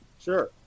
Sure